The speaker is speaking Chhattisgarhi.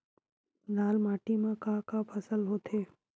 लाल माटी म का का फसल होथे?